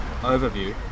overview